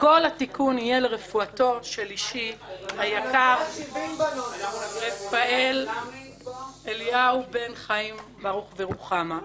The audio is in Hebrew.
כל התיקון יהיה לרפואתו של אישי היקר רפאל אליהו בן חיים ברוך ורוחמה.